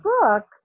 book